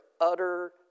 utter